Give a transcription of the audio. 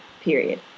period